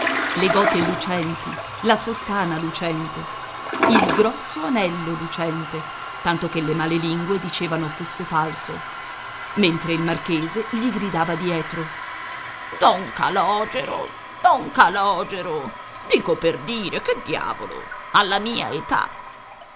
le gote lucenti la sottana lucente il grosso anello lucente tanto che le male lingue dicevano fosse falso mentre il marchese gli gridava dietro don calogero don calogero dico per dire che diavolo alla mia età